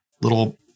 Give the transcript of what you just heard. little